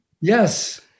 Yes